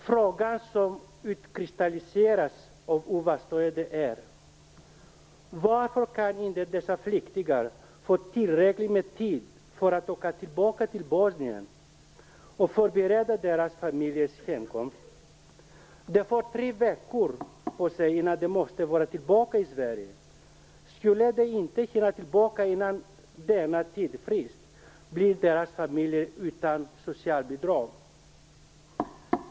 Frågan som utkristalliseras av ovanstående är: Varför kan inte dessa flyktingar få tillräckligt med tid för att åka tillbaka till Bosnien och förbereda sina familjers hemkomst? De får tre veckor på sig innan de måste vara tillbaka i Sverige. Skulle de inte hinna tillbaka inom denna tidsfrist blir deras familjer utan socialbidrag.